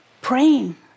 praying